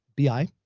BI